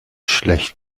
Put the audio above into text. schlecht